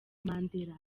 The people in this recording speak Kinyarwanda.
mandela